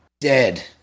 dead